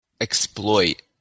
exploit